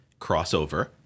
crossover